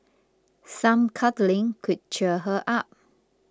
some cuddling could cheer her up